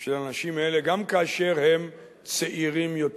של האנשים האלה, גם כאשר הם צעירים יותר.